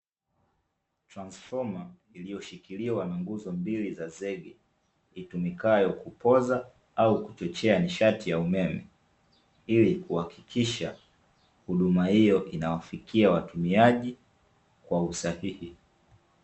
Transfoma iliyoshikiliwa na nguzo mbili za zege, itumikayo kupooza au kuchochea nishati ya umeme, ili kuhakikisha huduma hiyo inawafikia watumiaji kwa usahihi.